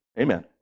Amen